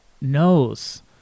knows